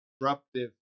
disruptive